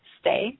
stay